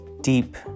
deep